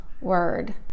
word